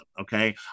okay